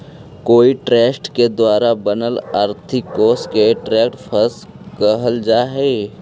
कोई ट्रस्ट के द्वारा बनल आर्थिक कोश के ट्रस्ट फंड कहल जा हई